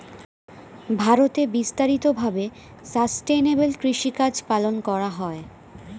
ভারতে বিস্তারিত ভাবে সাসটেইনেবল কৃষিকাজ পালন করা হয়